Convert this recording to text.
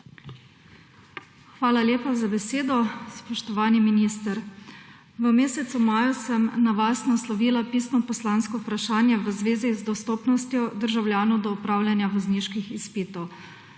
Hvala lepa za besedo. Spoštovani minister! V mesecu maju sem na vas naslovila pisno poslansko vprašanje v zvezi z dostopnostjo državljanov do opravljanja vozniških izpitov.